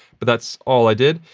but, that's all i did.